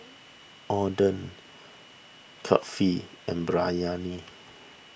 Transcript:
Oden Kulfi and Biryani